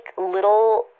little